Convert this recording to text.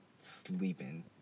sleeping